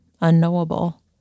unknowable